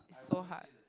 so hard